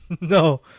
No